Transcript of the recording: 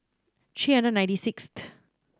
three hundred and ninety sixth